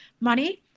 money